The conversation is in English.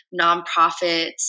nonprofits